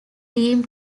team